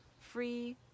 free